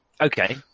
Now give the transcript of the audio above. Okay